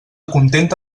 contenta